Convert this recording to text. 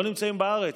לא נמצאים בארץ,